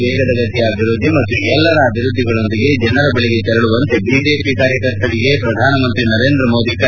ವೇಗದ ಗತಿಯ ಅಭಿವೃದ್ದಿ ಮತ್ತು ಎಲ್ಲರ ಅಭಿವೃದ್ದಿಗಳೊಂದಿಗೆ ಜನರ ಬಳಿಗೆ ತೆರಳುವಂತೆ ಬಿಜೆಪಿ ಕಾರ್ಯಕರ್ತರಿಗೆ ಪ್ರಧಾನಮಂತ್ರಿ ನರೇಂದ್ರ ಮೋದಿ ಕರೆ